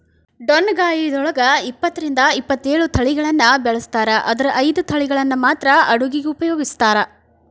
ಡೊಣ್ಣಗಾಯಿದೊಳಗ ಇಪ್ಪತ್ತರಿಂದ ಇಪ್ಪತ್ತೇಳು ತಳಿಗಳನ್ನ ಬೆಳಿಸ್ತಾರ ಆದರ ಐದು ತಳಿಗಳನ್ನ ಮಾತ್ರ ಅಡುಗಿಗ ಉಪಯೋಗಿಸ್ತ್ರಾರ